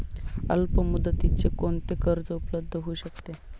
अल्पमुदतीचे कोणते कर्ज उपलब्ध होऊ शकते?